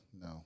no